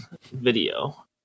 video